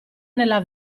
nella